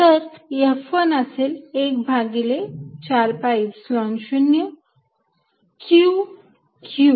तर F1 असेल एक भागिले 4 पाय ईप्सिलॉन 0 Qq